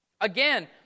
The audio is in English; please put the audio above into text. again